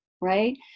right